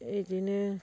बिदिनो